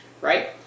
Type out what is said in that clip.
right